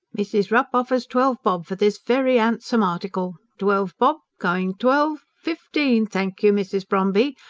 mrs. rupp offers twelve bob for this very andsome article. twelve bob. going twelve. fifteen? thank you, mrs. bromby!